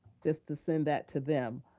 just to send that to them.